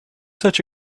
such